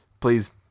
please